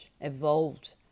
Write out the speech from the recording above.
evolved